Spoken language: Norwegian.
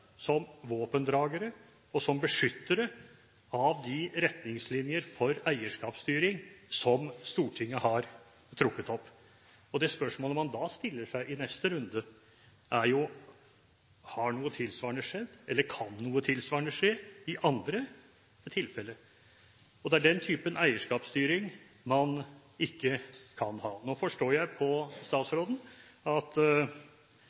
som våpendragere og beskyttere av de retningslinjer for eierskapsstyring som Stortinget har trukket opp. Det spørsmålet man stiller seg i neste runde, er: Har noe tilsvarende skjedd, eller kan noe tilsvarende skje i andre tilfeller? Det er den typen eierskapsstyring man ikke kan ha. Nå forstår jeg på statsråden at